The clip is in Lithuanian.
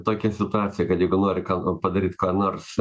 tokia situacija kad jeigu nori ką padaryt ką nors